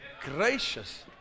gracious